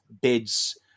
bids